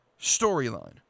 storyline